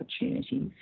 opportunities